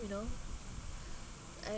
you know I